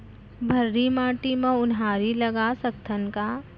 भर्री माटी म उनहारी लगा सकथन का?